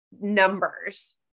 numbers